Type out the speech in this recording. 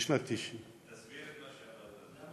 בשנת 1990. תסביר את מה שאמרת.